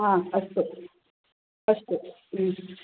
हा अस्तु अस्तु